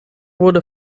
wurde